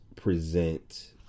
Present